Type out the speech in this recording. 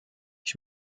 ich